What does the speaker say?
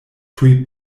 tuj